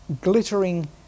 glittering